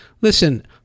Listen